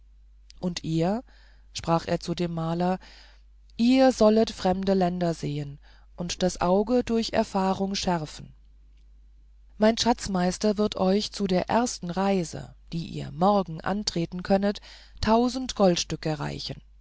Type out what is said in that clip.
und ihr sprach er zu dem maler ihr sollet fremde länder sehen und das auge durch erfahrung schärfen mein schatzmeister wird euch zu der ersten reise die ihr morgen antreten könnet tausend goldstücke reichen